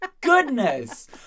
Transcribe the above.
goodness